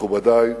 מכובדי,